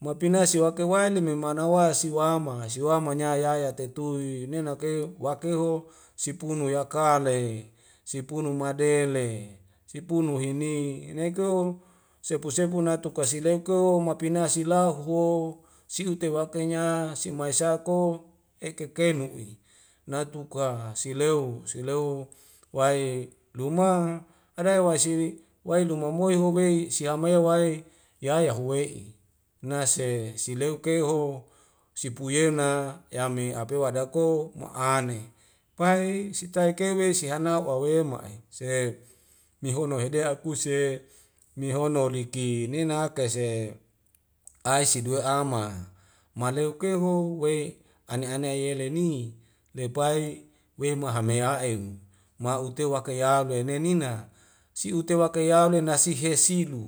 Mapina siwake waile me manawa si wama siwanya yaya tetui nenak e wakeho sipunu yakaie sipunu madele sipunuhini neko sepu sepu natuka sileko mapina silau ho si'utewakanya si mae sako ekekei mu'i natuka sileu sileu wae luma ane wae si wae luma moi hobeis siama e wae yaya huwe'i nase sileu keho sipuyeuna yama ape wadako ma'ane pai sitaik kewe sihana wawe'ma'e se mihono hede akuse mihono liki nenea akaise aisi duwe ama maleo keho wei ane anea yeli ni lepai we mahemaya'e ma'ute waka yaulene nina siute waka yaule na sihe silu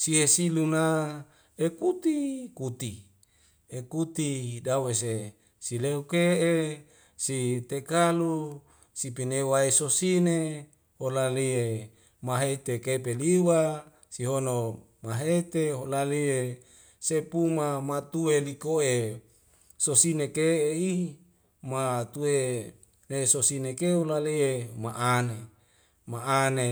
sihesilu na eputi kuti ekuti dawese sileuk ke'e si teka lu sipenewae sosine holalie maheteke peliwa sihono mahete olalie sepuma matua nikoe sosine ke e'i matua nesosinekeu lalie ma'ane ma'ane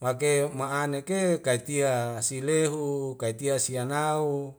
make ma'aneke kaitia silehu kaitia si'anahu